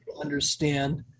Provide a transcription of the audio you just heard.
understand